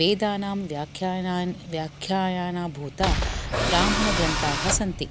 वेदानां व्याख्यायानि व्याख्यायानां भूता ब्राह्मणग्रन्थाः सन्ति